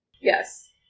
Yes